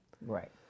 right